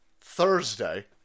Thursday